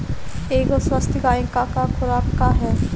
एगो स्वस्थ गाय क खुराक का ह?